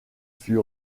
fut